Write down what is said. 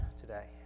today